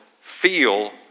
feel